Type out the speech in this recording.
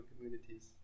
communities